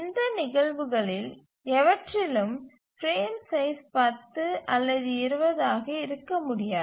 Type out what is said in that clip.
இந்த நிகழ்வுகளில் எவற்றிலும் பிரேம் சைஸ் 10 அல்லது 20 ஆக இருக்க முடியாது